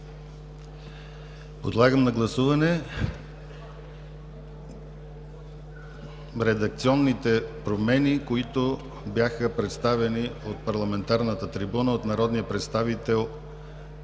Подлагам на гласуване редакционните промени, които бяха представени от парламентарната трибуна от народния представител